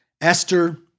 Esther